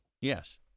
Yes